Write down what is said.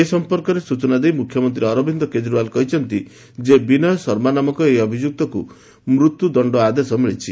ଏ ସମ୍ପର୍କରେ ସ୍ବଚନା ଦେଇ ମ୍ରଖ୍ୟମନ୍ତ୍ରୀ ଅରବିନ୍ଦ କେଜରିଓ୍ଠାଲ କହିଛନ୍ତି ଯେ ବିନୟ ଶର୍ମା ନାମକ ଏହି ଅଭିଯୁକ୍ତକୁ ମୃତ୍ୟୁଦଣ୍ଡ ଆଦେଶ ମିଳିଛି